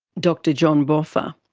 dr john boffa.